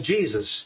Jesus